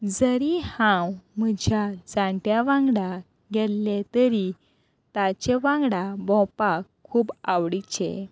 जरी हांव म्हज्या जाणट्या वांगडा गेल्लें तरी ताचे वांगडा भोंवपाक खूब आवडीचे